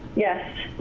yes.